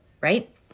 right